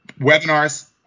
webinars